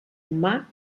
humà